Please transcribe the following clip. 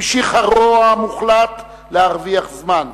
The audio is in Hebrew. המשיך הרוע המוחלט להרוויח זמן,